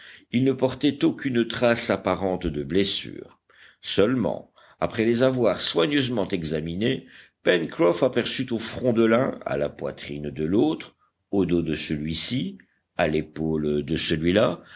ils ne portaient aucune trace apparente de blessure seulement après les avoir soigneusement examinés pencroff aperçut au front de l'un à la poitrine de l'autre au dos de celui-ci à l'épaule de celui-là